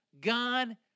God